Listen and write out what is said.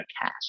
cash